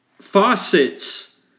faucets